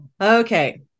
Okay